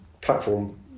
platform